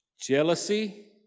Jealousy